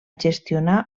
gestionar